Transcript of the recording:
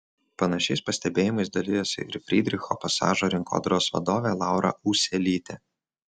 panašiais pastebėjimais dalijosi ir frydricho pasažo rinkodaros vadovė laura ūselytė